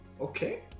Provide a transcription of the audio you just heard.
Okay